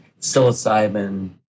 psilocybin